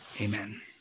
Amen